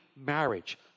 marriage